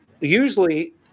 usually